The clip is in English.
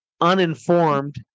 uninformed